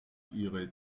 ihre